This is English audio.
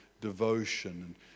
devotion